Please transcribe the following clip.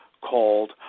called